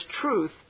truth